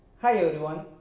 hi everyone,